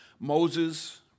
Moses